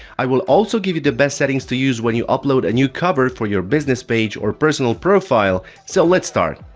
i will also give you the best settings to use when you upload a new cover for your business page or personal profile, so let's start.